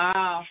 Wow